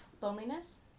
loneliness